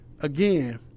again